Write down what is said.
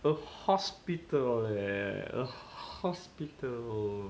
a hospital leh a hospital